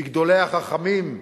מגדולי החכמים,